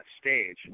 stage